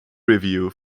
review